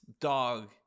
dog